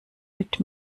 mit